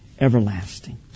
everlasting